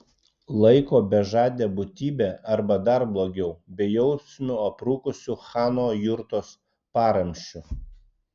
laiko bežade būtybe arba dar blogiau bejausmiu aprūkusiu chano jurtos paramsčiu